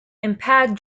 impaired